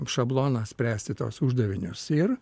šabloną spręsti tuos uždavinius ir